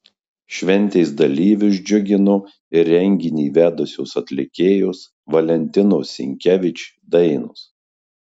šventės dalyvius džiugino ir renginį vedusios atlikėjos valentinos sinkevič dainos